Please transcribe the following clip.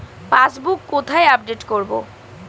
Passbook কোথায় update করব?